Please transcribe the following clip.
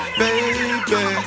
baby